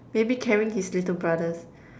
maybe carrying his little brothers